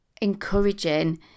encouraging